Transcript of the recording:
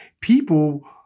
people